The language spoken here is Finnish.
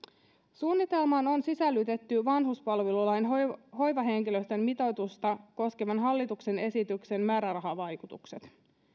suunnitelmaan on sisällytetty vanhuspalvelulain hoivahenkilöstön mitoitusta koskevan hallituksen esityksen määrärahavaikutukset